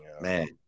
Man